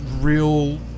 real